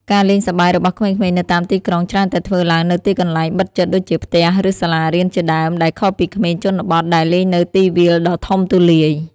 ការលេងសប្បាយរបស់ក្មេងៗនៅតាមទីក្រុងច្រើនតែធ្វើឡើងនៅទីកន្លែងបិទជិតដូចជាផ្ទះឬសាលារៀនជាដើម ដែលខុសពីក្មេងជនបទដែលលេងនៅទីវាលដ៏ធំទូលាយ។